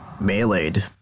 melee'd